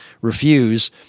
refuse